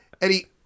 eddie